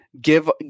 give